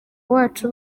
wacu